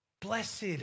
Blessed